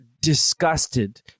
disgusted